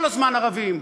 כל הזמן ערבים.